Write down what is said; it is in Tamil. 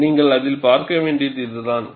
நீங்கள் அதில் பார்க்க வேண்டியது இதுதான்